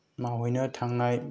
मावहैनो थांनाय